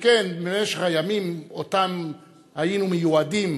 שכן אותם הימים שבהם היינו מיועדים,